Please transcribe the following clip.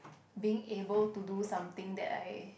being able to do something that I